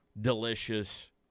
Delicious